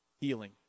healing